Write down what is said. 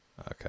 Okay